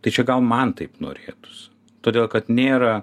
tai čia gal man taip norėtųsi todėl kad nėra